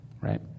right